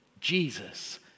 Jesus